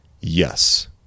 yes